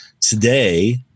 today